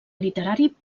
literari